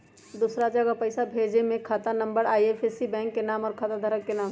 दूसरा जगह पईसा भेजे में खाता नं, आई.एफ.एस.सी, बैंक के नाम, और खाता धारक के नाम?